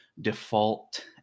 default